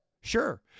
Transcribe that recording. Sure